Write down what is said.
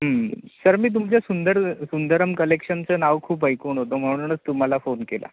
sir मी तुमच्या सुंदर सुंदरम कलेक्शनचं नाव खूप ऐकून होतो म्हणूनच तुम्हाला फोन केला